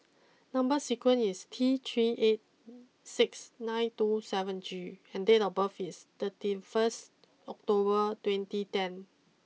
number sequence is T three eight six nine two seven G and date of birth is thirty first October twenty ten